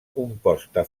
composta